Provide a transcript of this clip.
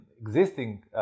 existing